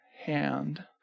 hand